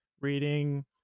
reading